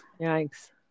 Yikes